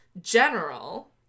general